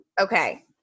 Okay